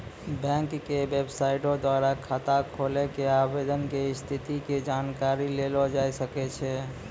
bank के बेबसाइटो द्वारा खाता खोलै के आवेदन के स्थिति के जानकारी लेलो जाय सकै छै